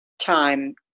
time